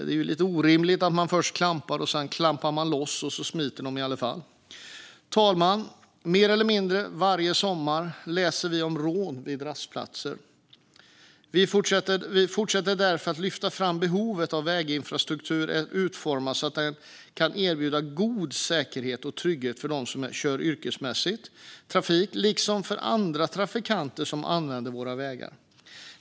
Det är lite orimligt att man först klampar och sedan klampar loss, och så smiter de i alla fall. Herr talman! Mer eller mindre varje sommar läser vi om rån vid rastplatser. Vi fortsätter därför att lyfta fram behovet av att väginfrastrukturen utformas så att den kan erbjuda god säkerhet och trygghet för dem som kör yrkesmässig trafik liksom för andra trafikanter som använder våra vägar.